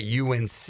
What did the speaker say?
UNC